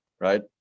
right